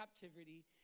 captivity